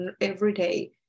everyday